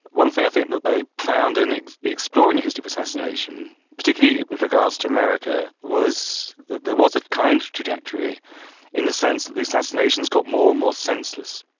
one thing i think that they found in exploring the history of assassination, particularly with regards to america, was there was a kind of trajectory in the sense that the assassinations got more and more senseless.